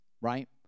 right